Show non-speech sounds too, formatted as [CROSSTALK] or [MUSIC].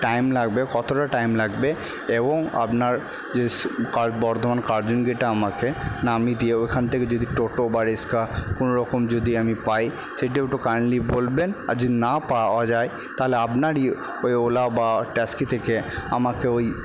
time লাগবে কতটা time লাগবে এবং আপনার যে [UNINTELLIGIBLE] বর্ধমান কার্জন গেটে আমাকে নামিয়ে দিয়ে ওইখান থেকে যদি টোটো বা রিক্সা কোনো রকম যদি আমি পাই সেটাও একটু কাইন্ডলি বলবেন আর যদি না পাওয়া যায় তাহলে আপনারই ওই ওলা বা ট্যাস্কি থেকে আমাকে ওই